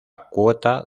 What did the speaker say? cuota